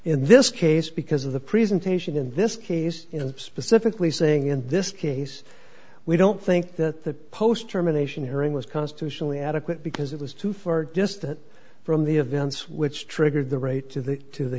in this case because of the presentation in this case specifically saying in this case we don't think that the post germination hearing was constitutionally adequate because it was too far distant from the events which triggered the right to the to the